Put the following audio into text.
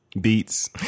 beats